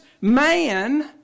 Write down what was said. man